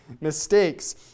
mistakes